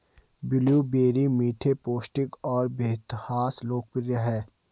blueberry मीठे, पौष्टिक और बेतहाशा लोकप्रिय हैं